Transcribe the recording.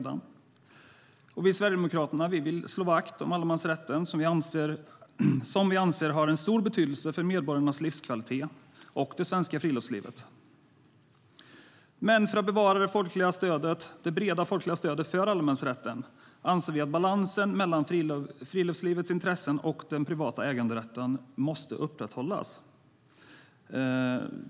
Vi i Sverigedemokraterna vill slå vakt om allemansrätten som vi anser har en stor betydelse för medborgarnas livskvalitet och det svenska friluftslivet. För att bevara det breda folkliga stödet för allemansrätten anser vi att balansen mellan friluftslivets intressen och den privata äganderätten måste upprätthållas.